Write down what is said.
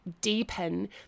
deepen